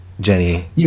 Jenny